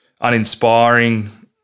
uninspiring